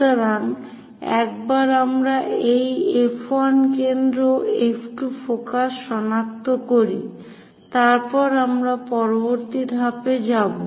সুতরাং একবার আমরা এই F1 কেন্দ্র F2 ফোকাস সনাক্ত করি তারপর আমরা পরবর্তী ধাপে যাব